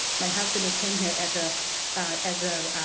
my husband came here as ah as a